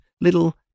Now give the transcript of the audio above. little